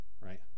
right